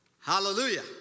Hallelujah